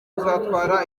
kuzatwara